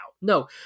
no